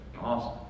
Awesome